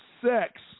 sex